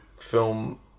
film